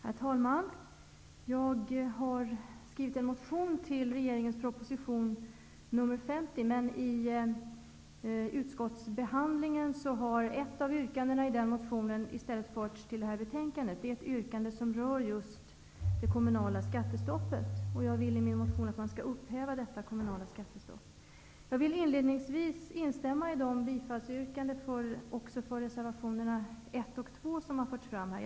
Herr talman! Jag har skrivit en motion med anledning av regeringens proposition 50, men vid utskottsbehandlingen har ett av yrkandena i den motionen i stället förts till det här betänkandet. Det är ett yrkande som rör just det kommunala skattestoppet. Jag vill i min motion att man skall upphäva detta kommunala skattestopp. Jag vill inledningsvis instämma i de yrkanden om bifall till reservationerna 1 och 2 som gjorts här.